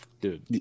Dude